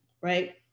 right